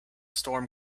storm